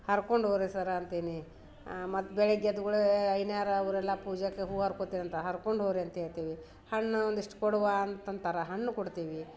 ಹರ್ಕೊಂಡು ಹೋಗ್ರಿ ಸರ ಅಂತೀನಿ ಮತ್ತು ಬೆಳಗ್ಗೆ ಎದ್ದ ಗುಳೆ ಅಯ್ಯ್ನರು ಅವರೆಲ್ಲ ಪೂಜೆಗ ಹೂ ಹರ್ಕೊತೀನಿ ಅಂತ ಹರ್ಕೊಂಡು ಹೋಗ್ರಿ ಅಂತ ಹೇಳ್ತಿವಿ ಹಣ್ಣು ಒಂದಿಷ್ಟು ಕೊಡವ್ವ ಅಂತ ಅಂತಾರೆ ಹಣ್ ಕೊಡ್ತೀವಿ